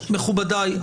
מכובדיי,